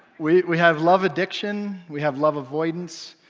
we we have love addiction, we have love avoidance,